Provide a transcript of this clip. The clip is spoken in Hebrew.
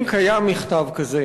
אם קיים מכתב כזה,